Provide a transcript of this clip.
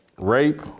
Rape